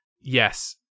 yes